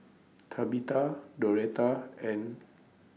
Tabitha Doretta and